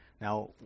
Now